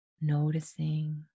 noticing